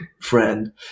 friend